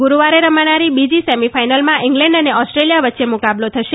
ગુરૂવારે રમાનારી બીજી સેમી ફાઇનલમાં ઇગ્લેન્ડ અને ઓસ્ટ્રેલીયા વચ્ચે મુકાબલો થશે